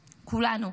כולנו,